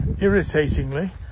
irritatingly